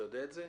אתה יודע את זה?